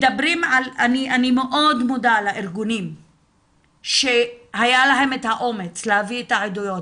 אני מאוד מודה לארגונים שהיה להם את האומץ להביא את העדויות.